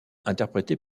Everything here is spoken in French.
interprété